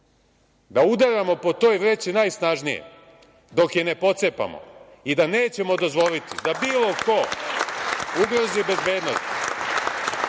da udaramo po toj vreći najsnažnije dok je ne pocepamo. Nećemo dozvoliti da bilo ko ugrozi bezbednost